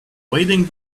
wading